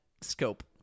scope